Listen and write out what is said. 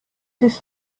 ist